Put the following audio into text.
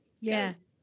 Yes